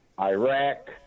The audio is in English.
Iraq